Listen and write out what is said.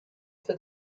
for